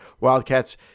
Wildcats